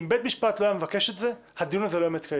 אם בית המשפט לא היה מבקש את זה הדיון הזה לא היה מתקיים,